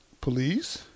police